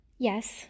Yes